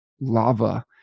lava